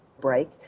break